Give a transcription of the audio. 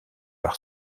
par